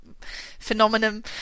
phenomenon